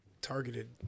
targeted